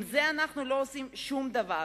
עם זה אנחנו לא עושים שום דבר.